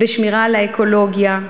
בשמירה על האקולוגיה,